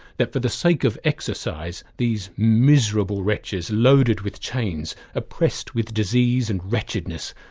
that for the sake of exercise, these miserable wretches, loaded with chains, oppressed with disease and wretchedness,